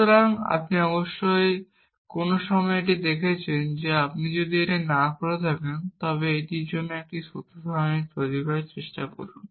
সুতরাং আপনি অবশ্যই কোনও সময়ে এটি দেখেছেন যে আপনি যদি এটি না করে থাকেন তবে এটির জন্য একটি সত্য সারণী তৈরি করার চেষ্টা করুন